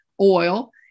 oil